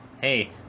hey